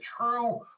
true